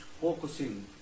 focusing